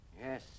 Yes